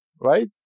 right